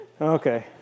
okay